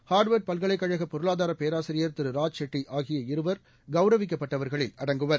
Harvard பல்கலைக் கழக பொருளாதார பேராசிரியர் திரு ராஜ் செட்டி ஆகிய இருவர் கவுரவிக்கப்பட்டவர்களில் அடங்குவர்